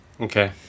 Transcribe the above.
Okay